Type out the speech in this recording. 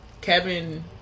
Kevin